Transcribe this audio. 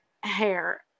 hair